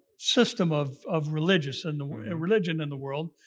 system of of religion in religion in the world.